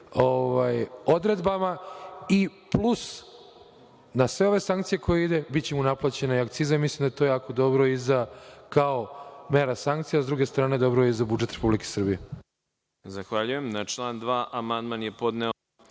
odredbama i plus na sve ove sankcije koje idu, biće mu naplaćene akcize. Mislim da je to jako dobro i za kao mere sankcija, a s druge strane dobro je i za budžet Republike Srbije.